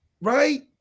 right